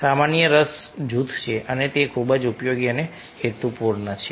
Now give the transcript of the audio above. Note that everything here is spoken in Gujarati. સામાન્ય રસ જૂથ છે અને તે ખૂબ જ ઉપયોગી અને હેતુપૂર્ણ છે